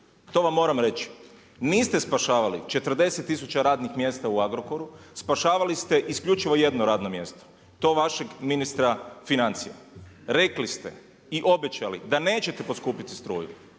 to vam moram reći. Niste spašavali 40 tisuća radnih mjesta u Agrokoru, spašavali ste isključivo jedno radno mjesto i to vašeg ministra financija. Rekli ste i obećali da nećete poskupiti struju,